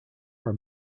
our